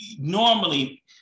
normally